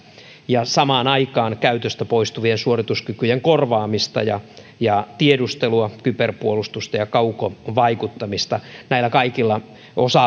ja samaan aikaan käytöstä poistuvien suorituskykyjen korvaamista ja ja tiedustelua kyberpuolustamista ja kaukovaikuttamista näillä kaikilla osa